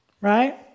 right